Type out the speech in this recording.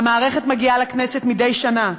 והמערכת מגיעה לכנסת מדי שנה,